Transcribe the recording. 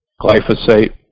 glyphosate